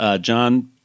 John